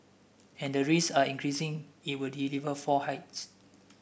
and the risk are increasing it will deliver four hikes